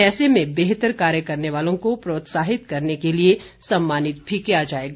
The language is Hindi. ऐसे में बेहतर कार्य करने वालों को प्रोत्साहित करने के लिए सम्मानित भी किया जाएगा